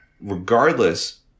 Regardless